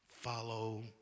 follow